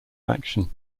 faction